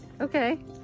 Okay